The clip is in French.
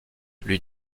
lui